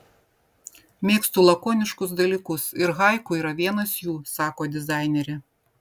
mėgstu lakoniškus dalykus ir haiku yra vienas jų sako dizainerė